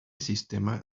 sistema